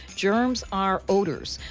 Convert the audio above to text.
germs are odors,